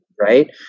right